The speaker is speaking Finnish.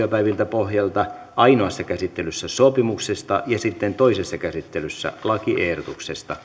pohjalta ainoassa käsittelyssä sopimuksesta ja sitten toisessa käsittelyssä lakiehdotuksesta